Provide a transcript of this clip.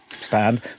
stand